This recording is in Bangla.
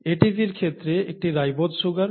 ATP র ক্ষেত্রে একটি রাইবোজ সুগার